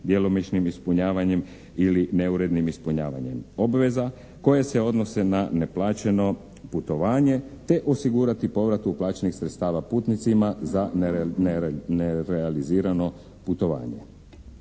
djelomičnim ispunjavanjem ili neurednim ispunjavanje obveza koje se odnose na neplaćeno putovanje te osigurati povrat uplaćenih sredstava putnicima za nerealizirano putovanje.